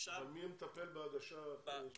אבל מי מטפל בהגשת תוכנית חדשה?